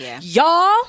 Y'all